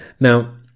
Now